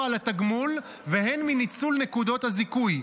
על התגמול והן מניצול נקודות הזיכוי,